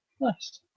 Nice